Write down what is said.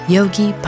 Yogi